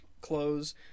close